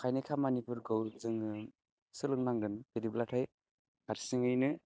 आखाइनि खामानिफोरखौ जोङो सोलोंनांगोन बिदिब्लाथाय हारसिङैनो